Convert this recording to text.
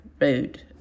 road